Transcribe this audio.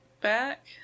back